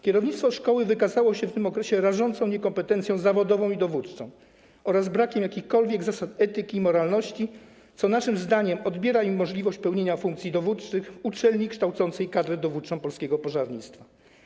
Kierownictwo szkoły wykazało się w tym okresie rażącą niekompetencją zawodową i dowódczą oraz brakiem jakichkolwiek zasad etyki i moralności, co naszym zdaniem odbiera im możliwość pełnienia funkcji dowódczych uczelni kształcącej kadrę dowódczą polskiego pożarnictwa.